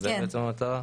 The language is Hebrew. זאת המטרה?